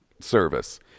service